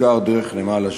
בעיקר דרך נמל אשדוד.